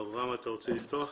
אברהם, אתה רוצה לפתוח?